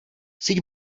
síť